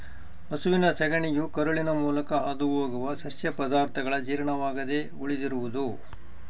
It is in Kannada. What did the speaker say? ಹಸುವಿನ ಸಗಣಿಯು ಕರುಳಿನ ಮೂಲಕ ಹಾದುಹೋಗುವ ಸಸ್ಯ ಪದಾರ್ಥಗಳ ಜೀರ್ಣವಾಗದೆ ಉಳಿದಿರುವುದು